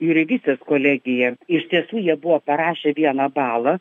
jūreivystės kolegija iš tiesų jie buvo parašę vieną balą